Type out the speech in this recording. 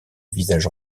visage